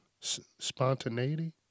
Spontaneity